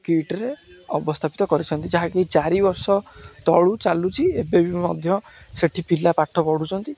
କିଟରେ ଅବସ୍ଥାପିତ କରିଛନ୍ତି ଯାହାକି ଚାରି ବର୍ଷ ତଳୁ ଚାଲୁଛି ଏବେବି ମଧ୍ୟ ସେଠି ପିଲା ପାଠ ପଢ଼ୁଛନ୍ତି